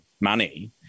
money